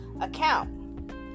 account